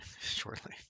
shortly